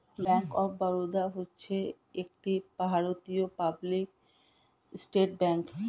bank of Baroda হচ্ছে একটি ভারতীয় পাবলিক সেক্টর ব্যাঙ্ক